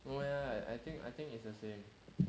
no leh I think I think it's the same